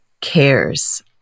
cares